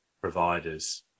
providers